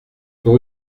pour